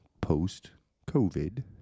post-COVID